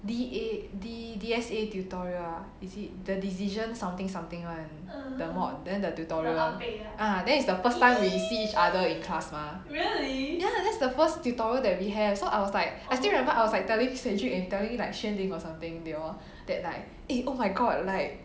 D_A D_S_A tutorial ah is it the decision something something one the mod then the tutorial ah then it's the first time we see each other in class mah ya that's the first tutorial that we have so I was like I still remember I was like telling cedric and telling like xuanling or something they all that like eh oh my god like